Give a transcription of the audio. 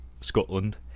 scotland